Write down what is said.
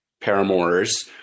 paramours